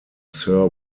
sir